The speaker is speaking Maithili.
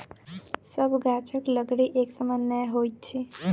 सभ गाछक लकड़ी एक समान नै होइत अछि